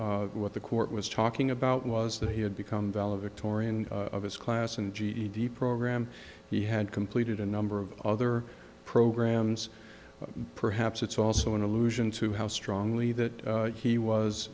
what the court was talking about was that he had become valedictorian of his class and ged program he had completed a number of other programs perhaps it's also an allusion to how strongly that he was